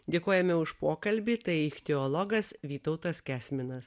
dėkojame už pokalbį tai ichtiologas vytautas kęsminas